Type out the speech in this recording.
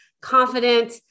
confident